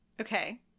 Okay